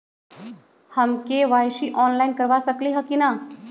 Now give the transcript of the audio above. हम KYC online करवा सकली ह कि न?